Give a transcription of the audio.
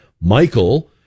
Michael